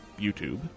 YouTube